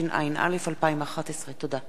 התשע"א 2011. תודה.